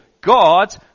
God